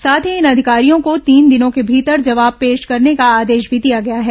साथ ही इन अधिकारियों को तीन दिनों के भीतर जवाब पेश करने का आदेश भी दिया गया है